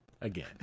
again